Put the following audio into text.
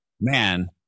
man